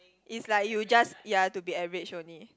is like you just ya to be average only